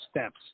steps